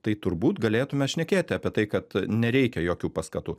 tai turbūt galėtume šnekėti apie tai kad nereikia jokių paskatų